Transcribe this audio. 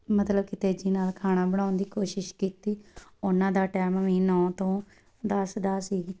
ਮਤਲਬ ਕਿ ਤੇਜ਼ੀ ਨਾਲ ਖਾਣਾ ਬਣਾਉਣ ਦੀ ਕੋਸ਼ਿਸ਼ ਕੀਤੀ ਉਹਨਾਂ ਦਾ ਟੈਮ ਵੀ ਨੌਂ ਤੋਂ ਦਸ ਦਾ ਸੀ